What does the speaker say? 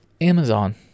Amazon